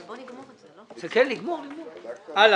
לא.